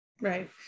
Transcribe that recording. Right